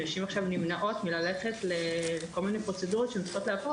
נשים עכשיו נמנעות מללכת לכל מני פרוצדורות שהן צריכות לעבור,